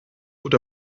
gut